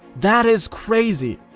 that is crazy.